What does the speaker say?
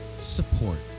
support